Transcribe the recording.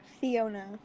Fiona